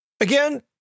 Again